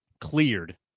cleared